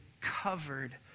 covered